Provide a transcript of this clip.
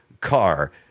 car